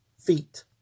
feet